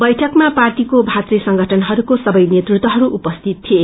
बैठकमा पार्टीको भातृ संगठनहस्क्रो सबै नेतृत्वहरू उपस्थित थिए